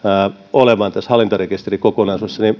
olevan tässä hallintarekisterikokonaisuudessa ovatko ne